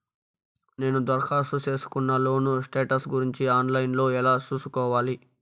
నేను దరఖాస్తు సేసుకున్న లోను స్టేటస్ గురించి ఆన్ లైను లో ఎలా సూసుకోవాలి?